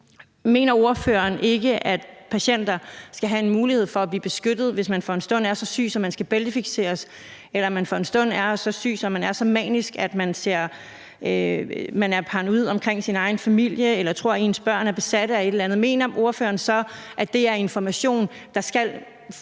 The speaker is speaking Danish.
Mener ordføreren ikke, at patienter skal have en mulighed for at blive beskyttet? Hvis man for en stund er så syg, at man skal bæltefikseres, eller man for en stund er så syg, at man er så manisk, at man er paranoid omkring sin egen familie eller tror, at ens børn er besat af et eller andet, mener ordføreren så, at det er information, der med